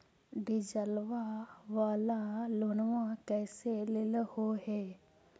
डीजलवा वाला लोनवा कैसे लेलहो हे?